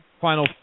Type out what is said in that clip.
final